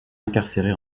incarcérée